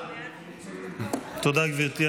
תודה, גברתי.